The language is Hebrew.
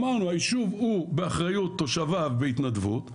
אמרנו, היישוב הוא באחריות תושביו בהתנדבות,